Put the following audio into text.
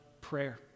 prayer